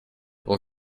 will